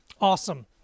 awesome